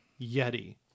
Yeti